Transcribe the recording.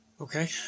Okay